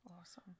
Awesome